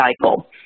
cycle